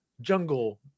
Jungle